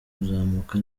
kuzamuka